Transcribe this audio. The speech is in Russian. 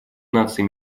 наций